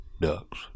ducks